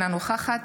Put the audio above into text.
אינה נוכחת